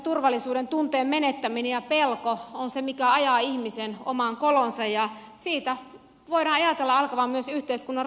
henkilökohtaisen turvallisuudentunteen menettäminen ja pelko ovat ne mitkä ajavat ihmisen omaan koloonsa ja niistä voidaan ajatella alkavan myös yhteiskunnan rappeutumisen